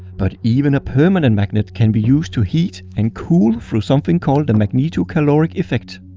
but even a permanent magnet can be used to heat and cool through something called the magnetocaloric effect.